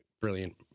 brilliant